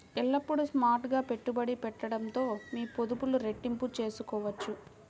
ఎల్లప్పుడూ స్మార్ట్ గా పెట్టుబడి పెట్టడంతో మీ పొదుపులు రెట్టింపు చేసుకోవచ్చు